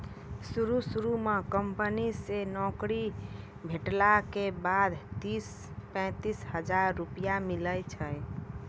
शुरू शुरू म कंपनी से नौकरी भेटला के बाद तीस पैंतीस हजार रुपिया मिलै छै